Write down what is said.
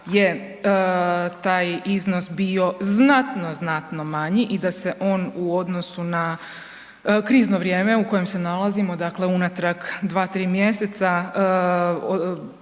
daje taj iznos bio znatno, znatno manji i da se on u odnosu na krizno vrijeme u kojem se nalazimo, dakle unatrag 2, 3 mjeseca,